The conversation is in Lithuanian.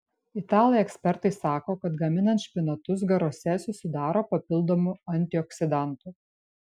italai ekspertai sako kad gaminant špinatus garuose susidaro papildomų antioksidantų